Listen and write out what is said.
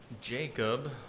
Jacob